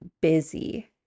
busy